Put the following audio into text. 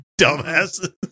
dumbasses